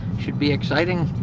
should be exciting.